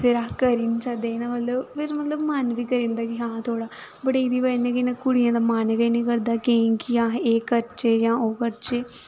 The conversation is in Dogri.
फिर अह् करी निं सकदे इयां मतलब फेर मतलब मन गै निं करी जंदा कि हां थोह्ड़ा बट एह्दी वजह् कन्नै केह् होंदा कुड़ियें दा मन गै निं करदा केईं कि अह् एह् करचै जां ओह् करचै